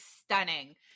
stunning